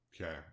okay